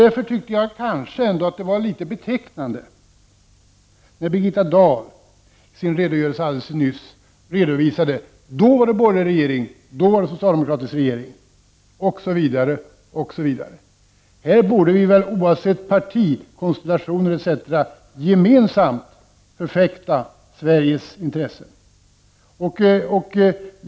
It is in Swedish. Därför tycker jag att det var litet betecknande när Birgitta Dahl i sin redogörelse alldeles nyss talade om att då var det borgerlig regering, då var det socialdemokratisk regering osv. Här borde vi, oavsett partikonstellationer, gemensamt förfäkta Sveriges intressen.